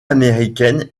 américaine